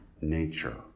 nature